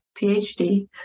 PhD